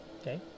okay